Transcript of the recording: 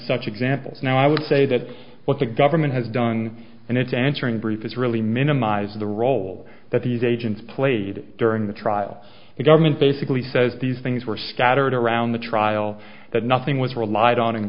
such examples now i would say that what the government has done and it's answering brief is really minimize the role that these agents played during the trial the government basically says these things were scattered around the trial that nothing was relied on in